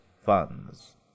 funds